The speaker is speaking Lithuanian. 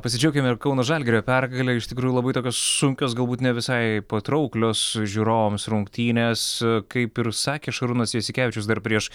pasidžiaukime ir kauno žalgirio pergale iš tikrųjų labai tokios sunkios galbūt ne visai patrauklios žiūrovams rungtynės kaip ir sakė šarūnas jasikevičius dar prieš